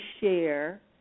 share